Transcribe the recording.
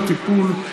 מסלול הטיפול,